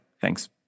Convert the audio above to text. thanks